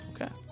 Okay